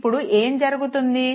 ఇప్పుడు ఏం జరుగుతుంది